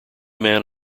man